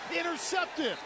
Intercepted